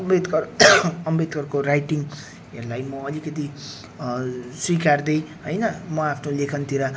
अम्बेदकर अम्बेदकरको राइटिङहरूलाई म अलिकति स्वीकार्दै होइन म आफ्नो लेखनतिर